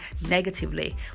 negatively